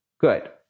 Good